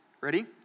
ready